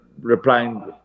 replying